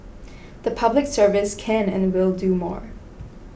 the Public Service can and will do more